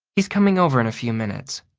he's coming over in a few minutes.